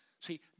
See